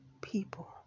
people